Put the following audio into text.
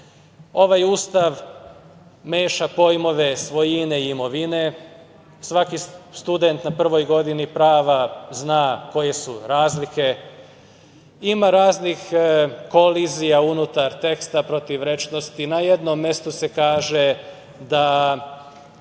Ustav meša pojmove svojine i imovine. Svaki student na prvoj godini prava zna koje su razlike. Ima raznih kolizija unutar teksta, protivrečnosti. Na jednom mestu se kaže da